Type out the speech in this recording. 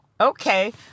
okay